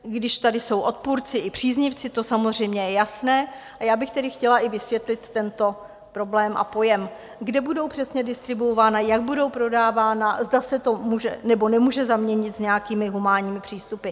I když tady jsou odpůrci i příznivci, to samozřejmě je jasné a já bych tedy chtěla i vysvětlit tento problém a pojem, kde budou přesně distribuována, jak budou prodávána, zda se to může, nebo nemůže zaměnit s nějakými humánními přístupy.